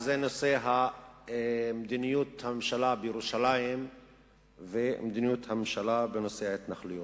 וזה נושא מדיניות הממשלה בירושלים ומדיניות הממשלה בנושא ההתנחלויות.